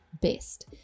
best